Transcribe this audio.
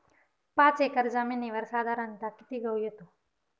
पाच एकर जमिनीवर साधारणत: किती गहू येतो?